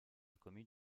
commune